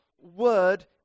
word